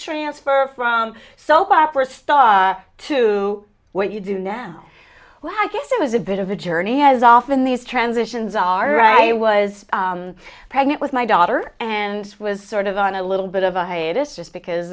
transfer from soap opera star to what you do now well i guess it was a bit of a journey has often these transitions are i was pregnant with my daughter and was sort of on a little bit of a hiatus just because